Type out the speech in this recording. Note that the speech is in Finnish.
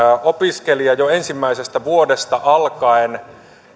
opiskelija jo ensimmäisestä vuodesta alkaen